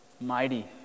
mighty